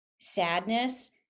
sadness